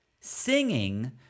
singing